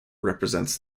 represents